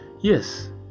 Yes